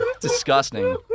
disgusting